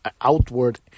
outward